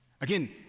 Again